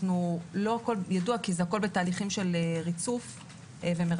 לא הכול ידוע כי הכול בתהליכים של ריצוף ומרצפים,